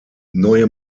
neue